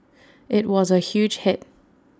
IT was A huge hit